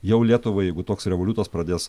jau lietuvai jeigu toks revoliutas pradės